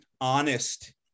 honest